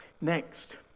Next